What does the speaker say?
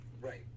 right